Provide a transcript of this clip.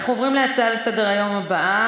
אנחנו עוברים להצעות הבאות לסדר-היום, בנושא: